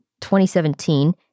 2017